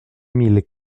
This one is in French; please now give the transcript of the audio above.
mille